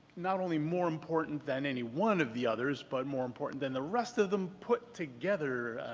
not only more important than any one of the others, but more important than the rest of them put together.